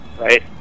right